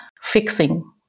fixing